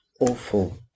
awful